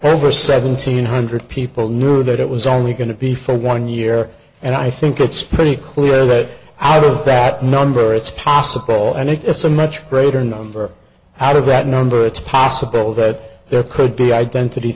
for seventeen hundred people knew that it was only going to be for one year and i think it's pretty clear that out of that number it's possible and it's a much greater number out of that number it's possible that there could be identity